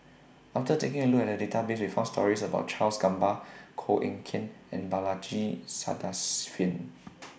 after taking A Look At The Database We found stories about Charles Gamba Koh Eng Kian and Balaji Sadasivan